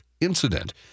incident